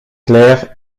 clair